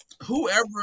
Whoever